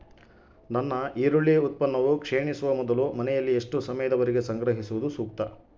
ನನ್ನ ಈರುಳ್ಳಿ ಉತ್ಪನ್ನವು ಕ್ಷೇಣಿಸುವ ಮೊದಲು ಮನೆಯಲ್ಲಿ ಎಷ್ಟು ಸಮಯದವರೆಗೆ ಸಂಗ್ರಹಿಸುವುದು ಸೂಕ್ತ?